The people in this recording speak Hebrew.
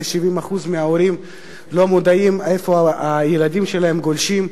ש-70% מההורים לא יודעים איפה הילדים שלהם גולשים,